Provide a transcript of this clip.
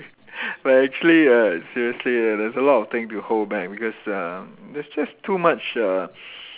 but actually uh seriously there's a lot of thing to hold back because uh there's just too much uh